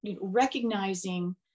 recognizing